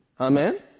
Amen